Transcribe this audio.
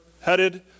headed